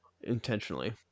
Intentionally